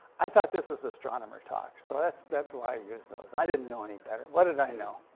i thought this was astronomer talk, so that's that's why i used those. i didn't know any better. what did i know?